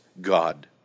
God